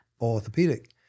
orthopedic